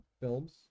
films